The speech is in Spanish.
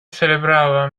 celebraba